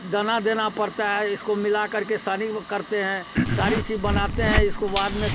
दाना देना पड़ता है इसको मिला करके सानी व करते हैं सारी चीज़ बनाते हैं इसको बाद में